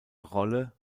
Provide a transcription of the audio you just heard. rolle